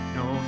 no